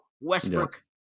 Westbrook